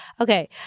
Okay